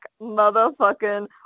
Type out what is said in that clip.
motherfucking